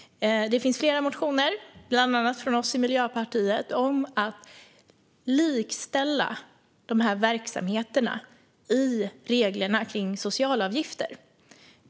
Det finns flera motioner, bland annat från oss i Miljöpartiet, om att likställa dessa verksamheter i reglerna för socialavgifter.